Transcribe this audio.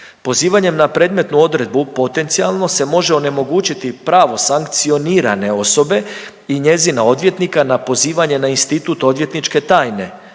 Pozivanjem na predmetnu odredbu potencijalno se može onemogućiti pravo sankcionirane osobe i njezina odvjetnika na pozivanje na institut odvjetničke tajne